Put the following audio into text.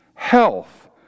health